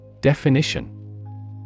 Definition